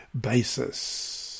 basis